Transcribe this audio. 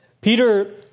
Peter